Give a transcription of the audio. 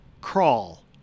Crawl